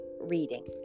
reading